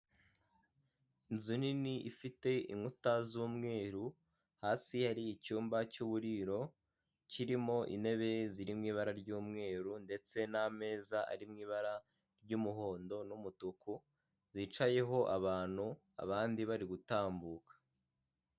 Inzu nini ifite inkuta z'umweru hasi yari icyumba cy'uburiro kirimo intebe ziri mu ibara ry'umweru ndetse n'ameza ari mu ibara ry'umuhondo n'umutuku zicayeho abantu abandi bari gutambuka.